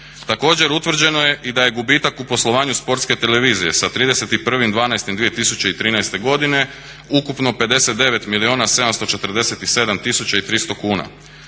Također utvrđeno je i da je gubitak u poslovanju Sportske televizije sa 31.12.2013. godine ukupno 59 milijuna